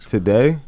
Today